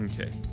Okay